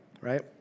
right